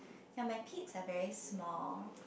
ya my picks are very small